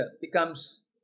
becomes